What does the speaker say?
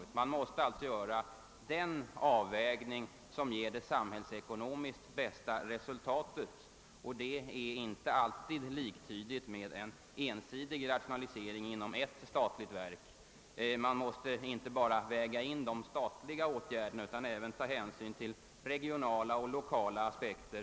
Den avvägning måste alltså göras som ger det samhällsekonomiskt bästa resultatet, och det är inte alltid liktydigt med en ensidig rationalisering inom ett statligt verk. Man får inte bara väga in de statliga åtgärderna utan även ta hänsyn till regionala och lokala aspekter.